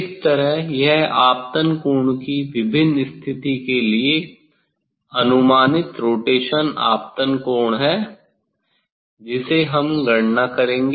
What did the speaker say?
इस तरह यह आपतन कोण की विभिन्न स्थिति के लिए अनुमानित रोटेशन आपतन कोण है जिसे हम गणना करेंगे